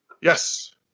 Yes